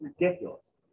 ridiculous